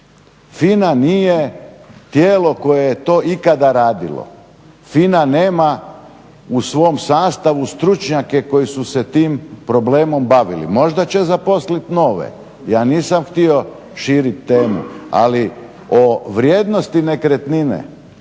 FINA nije tijelo koje je to ikada radilo. FINA nema u svom sastavu stručnjake koji su se tim problemom bavili, možda će zaposlit nove, ja nisam htio širiti temu ali o vrijednosti nekretnine